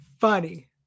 funny